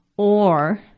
or,